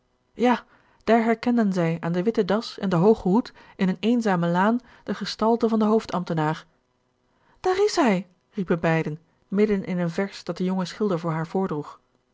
ja daar herkenden zij aan de witte das en den hoogen hoed in eene eenzame laan de gestalte van den hoofdambtenaar daar is hij riepen beiden midden in een vers dat de jonge schilder voor haar